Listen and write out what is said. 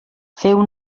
feu